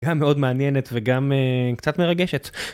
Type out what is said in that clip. הייתה מאוד מעניינת וגם קצת מרגשת.